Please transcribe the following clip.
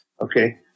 okay